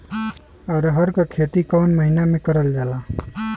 अरहर क खेती कवन महिना मे करल जाला?